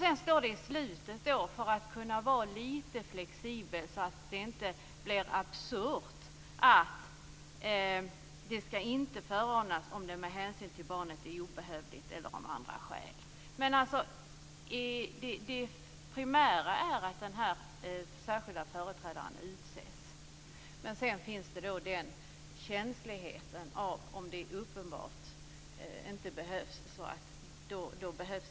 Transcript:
Sedan står det i slutet, för att man ska kunna vara lite flexibel så att det inte blir absurt, att särskild företrädare inte ska förordnas om det med hänsyn till barnet är obehövligt eller om särskilda skäl talar emot det. Det primära är att den särskilda företrädaren utses, men sedan finns den känsligheten att det beror på om det inte uppenbart behövs.